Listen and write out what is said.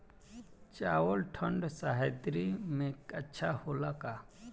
चावल ठंढ सह्याद्री में अच्छा होला का?